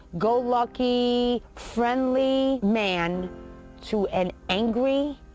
go-lucky, friendly man to an angry,